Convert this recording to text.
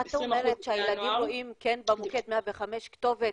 אומרת שהילדים רואים כן במוקד 105 כתובת,